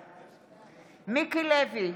לוי,